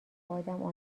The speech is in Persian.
ادم